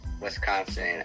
Wisconsin